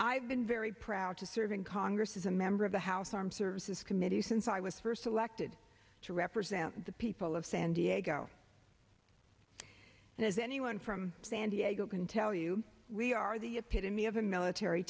i've been very proud to serve in congress is a member of the house armed services committee since i was first elected to represent the people of san diego and as anyone from san diego can tell you we are the epitome of a military